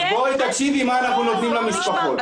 בואי תקשיבי מה אנחנו נותנים למשפחות.